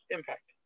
Impact